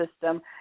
system